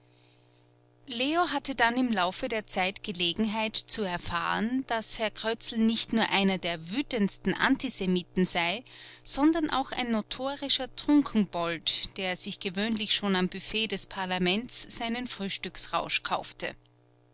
leo hatte dann im laufe der zeit gelegenheit zu erfahren daß herr krötzl nicht nur einer der wütendsten antisemiten sei sondern auch ein notorischer trunkenbold der sich gewöhnlich schon am büfett des parlaments seinen frühstücksrausch kaufte